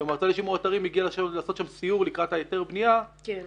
כשהמועצה לשימור אתרים הגיעה לעשות שם סיור לקראת ההיתר בנייה אז